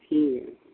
ٹھیک ہے